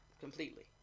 completely